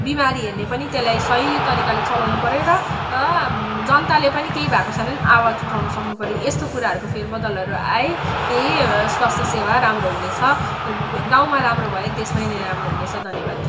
बिमारीहरूले पनि त्यसलाई सही तरिकाले चलाउनु पऱ्यो र जनताले पनि केही भएको छ भने आवाज उठाउनु सक्नु पऱ्यो यस्तो कुराहरूको फेरबदलहरू आए यी स्वास्थ्य सेवा राम्रो हुनेछ गाउँमा राम्रो भए देशमै नै राम्रो हुनेछ धन्यवाद